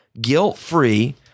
guilt-free